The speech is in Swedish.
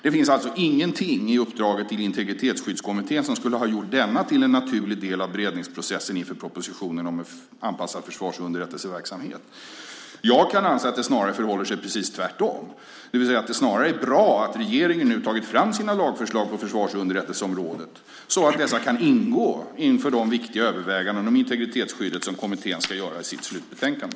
Det finns alltså ingenting i uppdraget till Integritetsskyddskommittén som skulle ha gjort denna till en naturlig del av beredningsprocessen inför propositionen om en anpassad försvarsunderrättelseverksamhet. Jag kan anse att det snarare förhåller sig precis tvärtom, det vill säga att det är bra att regeringen nu tagit fram sina lagförslag på försvarsunderrättelseområdet så att dessa kan ingå i de viktiga överväganden om integritetsskyddet som kommittén ska göra i sitt slutbetänkande.